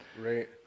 Right